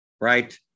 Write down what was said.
Right